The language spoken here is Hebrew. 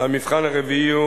והמבחן הרביעי הוא